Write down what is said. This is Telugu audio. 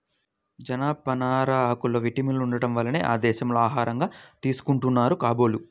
జనపనార ఆకుల్లో విటమిన్లు ఉండటం వల్లనే ఆ దేశాల్లో ఆహారంగా తీసుకుంటున్నారు కాబోలు